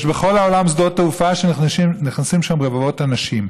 יש בכל העולם שדות תעופה שנכנסים אליהם רבבות אנשים.